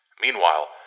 Meanwhile